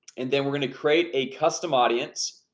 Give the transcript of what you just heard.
and then we're gonna create a custom audience